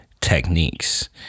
techniques